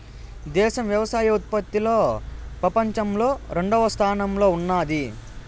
దేశం వ్యవసాయ ఉత్పత్తిలో పపంచంలో రెండవ స్థానంలో ఉన్నాది